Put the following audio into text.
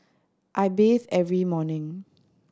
I bathe every morning